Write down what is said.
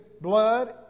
blood